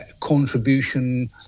contribution